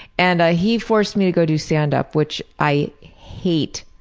and he forced me to go do standup, which i hate.